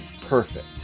perfect